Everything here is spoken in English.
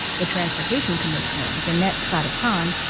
the transportation commissioner, janette sadik-khan,